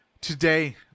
today